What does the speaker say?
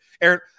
Aaron